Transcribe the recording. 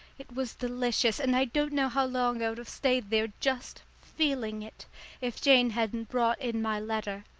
it was delicious, and i don't know how long i would have stayed there just feeling it if jane hadn't brought in my letter.